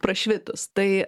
prašvitus tai